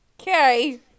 Okay